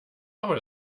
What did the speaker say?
aber